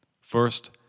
First